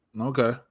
Okay